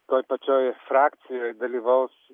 toj pačioj frakcijoje dalyvaus